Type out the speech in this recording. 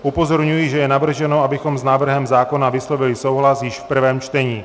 Upozorňuji, že je navrženo, abychom s návrhem zákona vyslovili souhlas již v prvém čtení.